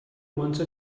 once